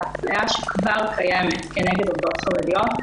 האפליה שכבר קיימת כנגד עובדות חרדיות,